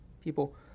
people